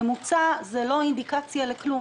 ממוצע זה לא אינדיקציה לכלום.